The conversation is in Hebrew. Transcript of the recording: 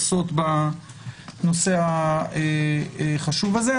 עושות בנושא החשוב הזה.